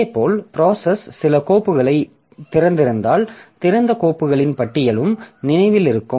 இதேபோல் ப்ராசஸ் சில கோப்புகளைத் திறந்திருந்தால் திறந்த கோப்புகளின் பட்டியலும் நினைவில் இருக்கும்